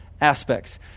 aspects